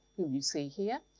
who you see here,